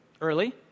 early